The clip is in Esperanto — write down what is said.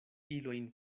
ilojn